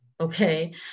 Okay